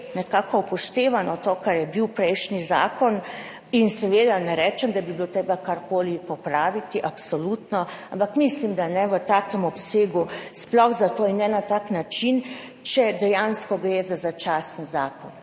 nekako upoštevano to, kar je bil prejšnji zakon, in seveda ne rečem, da ne bi bilo treba karkoli popraviti, absolutno, ampak mislim, da ne v takem obsegu, sploh ne na tak način, če dejansko gre za začasen zakon.